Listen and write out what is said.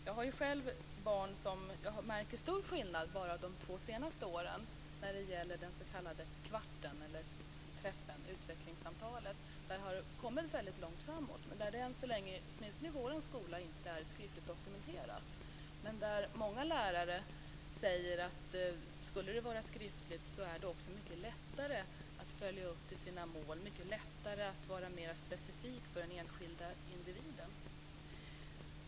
Jag har själv barn, och jag har märkt stor skillnad bara de två senaste åren när det gäller den s.k. kvarten eller utvecklingssamtalet. Den har kommit väldigt långt framåt, men den är än så länge - åtminstone inte i vår skola - inte skriftligt dokumenterad. Men många lärare säger att skulle den vara skriftlig skulle det också vara mycket lättare att följa upp sina mål och att vara specifik för den enskilda individen.